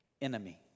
enemy